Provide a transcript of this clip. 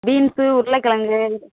beans உருளகிழங்கு